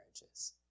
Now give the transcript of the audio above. marriages